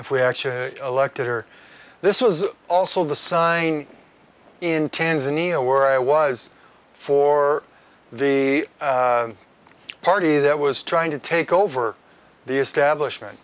if we actually elected or this was also the sign in tanzania where i was for the party that was trying to take over the establishment